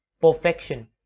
perfection